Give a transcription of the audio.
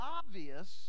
obvious